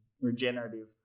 regenerative